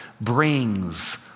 brings